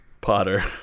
Potter